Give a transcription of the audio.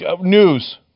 News